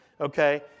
okay